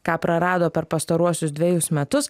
ką prarado per pastaruosius dvejus metus